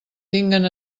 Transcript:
tinguen